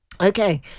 Okay